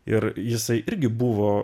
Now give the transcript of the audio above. ir jisai irgi buvo